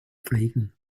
pflegen